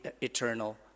eternal